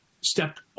Stepped